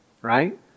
right